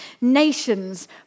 Nations